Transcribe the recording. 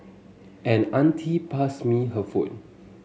an auntie passed me her phone